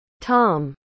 Tom